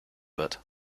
wird